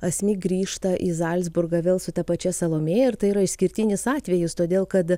asmik grįžta į zalcburgą vėl su ta pačia salomėja ir tai yra išskirtinis atvejis todėl kad